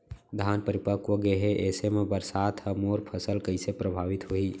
धान परिपक्व गेहे ऐसे म बरसात ह मोर फसल कइसे प्रभावित होही?